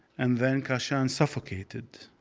and then kashan suffocated.